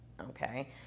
okay